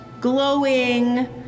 glowing